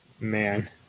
Man